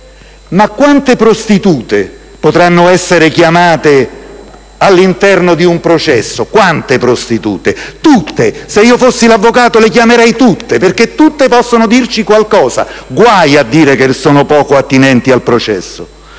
quante prostitute potranno essere chiamate all'interno di un processo? Tutte. Se fossi l'avvocato le chiamerei tutte, perché tutte possono dirci qualcosa, guai a dire che sono poco attinenti al processo!